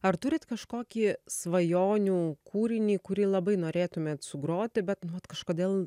ar turit kažkokį svajonių kūrinį kurį labai norėtumėt sugroti bet kažkodėl